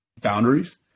boundaries